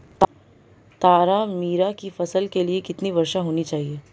तारामीरा की फसल के लिए कितनी वर्षा होनी चाहिए?